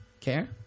care